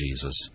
Jesus